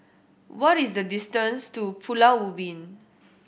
what is the distance to Pulau Ubin